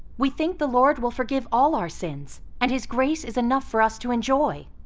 we think the lord will forgive all our sins, and his grace is enough for us to enjoy.